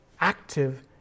active